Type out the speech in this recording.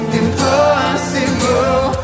impossible